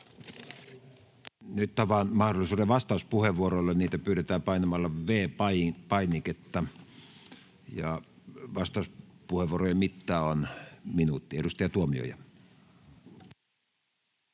Nyt avaan mahdollisuuden vastauspuheenvuoroille, niitä pyydetään painamalla V-painiketta. Vastauspuheenvuorojen mitta on minuutti. — Edustaja Tuomioja.